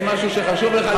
יש משהו שחשוב לך לשמוע,